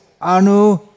anu